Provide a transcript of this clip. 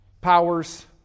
powers